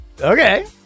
Okay